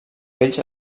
bells